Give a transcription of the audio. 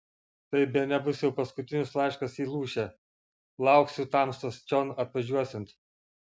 tai bene bus jau paskutinis laiškas į lūšę lauksiu tamstos čion atvažiuosiant